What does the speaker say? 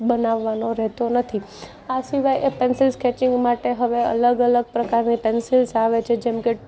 બનાવાનો રહેતો નથી આ સિવાય એ પેન્સિલ સ્કેચિંગ માટે હવે અલગ અલગ પ્રકારની પેન્સિલ્સ આવે છે જેમકે